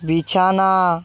বিছানা